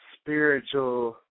spiritual